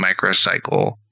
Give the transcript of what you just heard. Microcycle